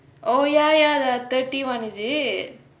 oh ya ya the thirty one is it